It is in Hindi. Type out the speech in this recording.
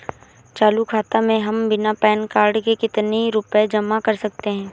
चालू खाता में हम बिना पैन कार्ड के कितनी रूपए जमा कर सकते हैं?